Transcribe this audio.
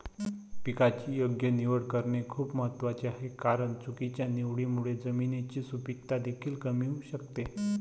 पिकाची योग्य निवड करणे खूप महत्वाचे आहे कारण चुकीच्या निवडीमुळे जमिनीची सुपीकता देखील कमी होऊ शकते